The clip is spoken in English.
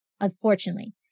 unfortunately